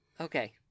Okay